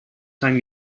time